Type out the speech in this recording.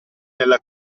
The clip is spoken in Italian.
nella